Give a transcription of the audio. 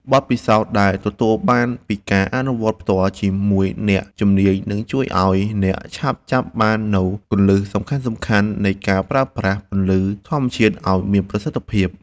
បទពិសោធន៍ដែលទទួលបានពីការអនុវត្តផ្ទាល់ជាមួយអ្នកជំនាញនឹងជួយឱ្យអ្នកឆាប់ចាប់បាននូវគន្លឹះសំខាន់ៗនៃការប្រើប្រាស់ពន្លឺធម្មជាតិឱ្យមានប្រសិទ្ធភាព។